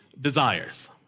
desires